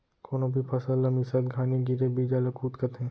कोनो भी फसल ला मिसत घानी गिरे बीजा ल कुत कथें